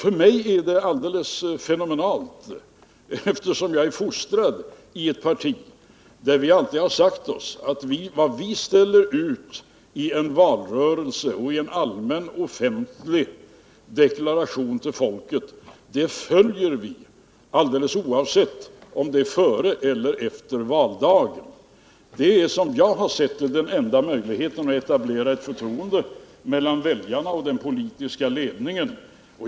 För mig är detta alldeles fenomenalt, eftersom jag är fostrad i ett parti där vi alltid har sagt oss att de löften vi ställer ut i en valrörelse och i en allmän offentlig deklaration till folket dem följer vi, alldeles oavsett om det blir före eller efter valdagen. Det är, som jag ser det, den enda möjligheten att etablera ett förtroende mellan väljarna och den politiska ledningen.